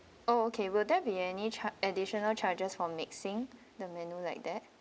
oh okay will there be any charge additional charges for mixing the menu like that